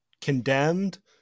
condemned